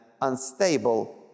unstable